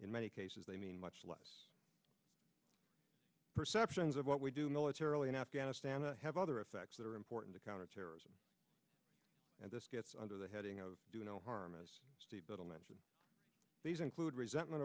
in many cases they mean much less perceptions of what we do militarily in afghanistan or have other effects that are important to counterterrorism and this gets under the heading of do no harm a little mention these include resentment